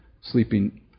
sleeping